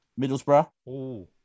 Middlesbrough